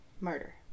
murder